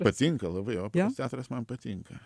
patinka labai operos teatras man patinka